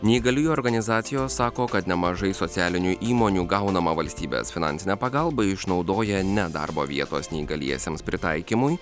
neįgaliųjų organizacijos sako kad nemažai socialinių įmonių gaunamą valstybės finansinę pagalbą išnaudoja ne darbo vietos neįgaliesiems pritaikymui